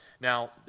Now